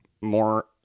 more